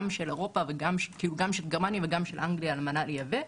גם של גרמניה וגם של אנגליה על מנת לייבא,